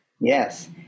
Yes